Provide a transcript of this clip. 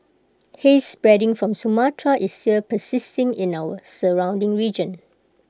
haze spreading from Sumatra is still persisting in our surrounding region